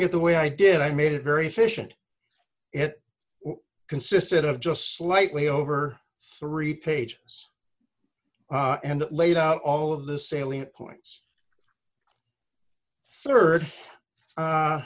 it the way i did i made it very efficient it consisted of just slightly over three pages and laid out all of the salient point